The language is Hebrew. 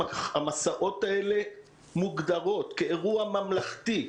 המסעות האלה מוגדרים כאירוע ממלכתי,